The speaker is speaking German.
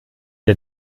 der